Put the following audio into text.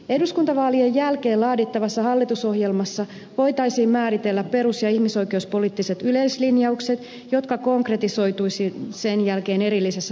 eduskuntavaalien jälkeen laadittavassa hallitusohjelmassa voitaisiin määritellä perus ja ihmisoikeuspoliittiset yleislinjaukset jotka konkretisoituisivat sen jälkeen erillisessä toimintaohjelmassa